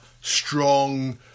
Strong